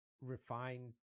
refined